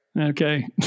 Okay